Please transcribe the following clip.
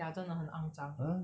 ya 真的很肮脏